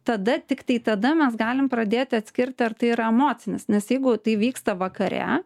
tada tiktai tada mes galim pradėti atskirti ar tai yra emocinis nes jeigu tai vyksta vakare